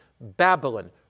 Babylon